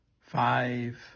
five